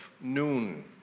noon